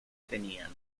tenían